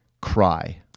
cry